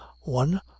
one